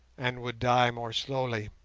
and would die more slowly